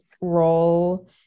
role